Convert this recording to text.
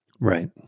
Right